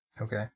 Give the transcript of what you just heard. Okay